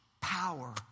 power